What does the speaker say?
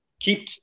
keep